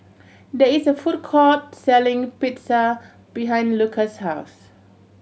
there is a food court selling Pizza behind Luka's house